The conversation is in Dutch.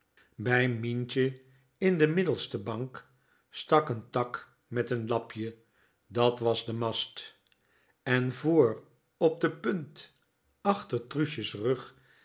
bij mientje in de middelste bank stak n tak met n lapje dat was de mast en vr op de punt achter truusje's rug